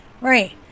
Right